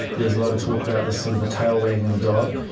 there's a lot of talk about the sort of the tail wagging the dog.